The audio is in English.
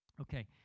Okay